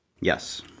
yes